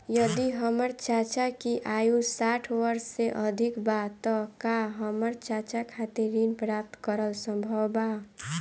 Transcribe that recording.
यदि हमर चाचा की आयु साठ वर्ष से अधिक बा त का हमर चाचा खातिर ऋण प्राप्त करल संभव बा